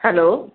hello